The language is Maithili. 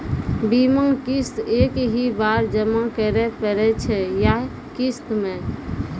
बीमा किस्त एक ही बार जमा करें पड़ै छै या किस्त मे?